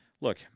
Look